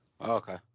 Okay